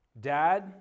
dad